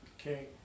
Okay